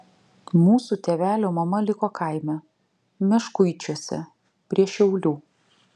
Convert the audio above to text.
mūsų tėvelio mama liko kaime meškuičiuose prie šiaulių